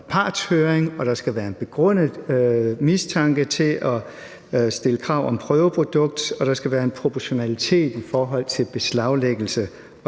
partshøring, og der skal være en begrundet mistanke for at stille krav om prøveprodukt, og der skal være en proportionalitet i forhold til beslaglæggelse